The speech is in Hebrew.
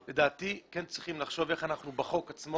לדעתי כן צריך לחשוב איך אנחנו בהצעת החוק